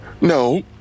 No